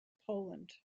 poland